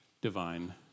divine